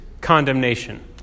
condemnation